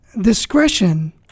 discretion